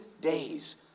days